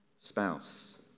spouse